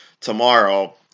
tomorrow